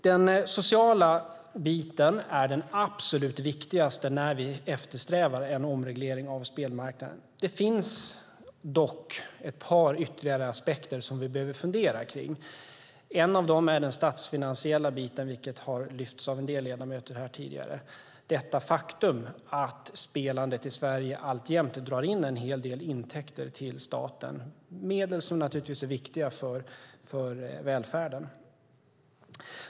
Den sociala biten är den absolut viktigaste när vi eftersträvar en omreglering av spelmarknaden. Det finns dock ett par ytterligare aspekter som vi behöver fundera på. En är den statsfinansiella frågan, som några ledamöter har lyft fram. Spelandet i Sverige drar in en hel del intäkter till staten. Det är medel som naturligtvis är viktiga för välfärden.